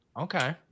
Okay